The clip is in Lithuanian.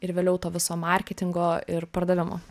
ir vėliau to viso marketingo ir pardavimo